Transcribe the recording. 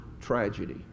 tragedy